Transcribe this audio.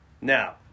Now